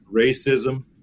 racism